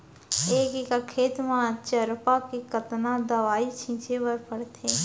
एक एकड़ खेत म चरपा के कतना दवई छिंचे बर पड़थे?